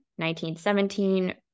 1917